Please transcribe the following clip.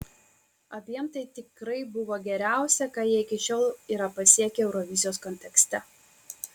abiem tai tikrai buvo geriausia ką jie iki šiol yra pasiekę eurovizijos kontekste